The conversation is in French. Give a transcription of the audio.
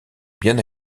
bien